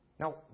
Now